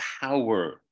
power